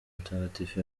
mutagatifu